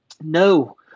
No